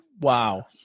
Wow